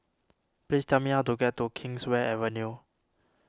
please tell me how to get to Kingswear Avenue